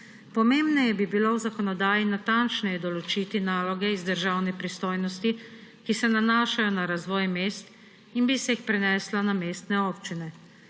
Pomembneje bi bilo v zakonodaji natančneje določiti naloge iz državne pristojnosti, ki se nanašajo na razvoj mest, in bi se jih preneslo na mestne občine.